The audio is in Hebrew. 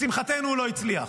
לשמחתנו הוא לא הצליח.